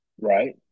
Right